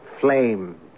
flame